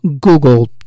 Google